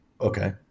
Okay